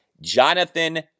Jonathan